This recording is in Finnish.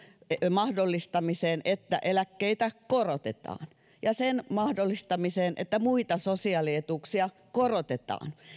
mahdollistamiseen että eläkkeitä korotetaan ja sen mahdollistamiseen että muita sosiaalietuuksia korotetaan